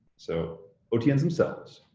so otns themselves,